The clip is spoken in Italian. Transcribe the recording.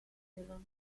della